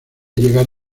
llegar